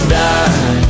die